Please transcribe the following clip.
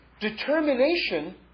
determination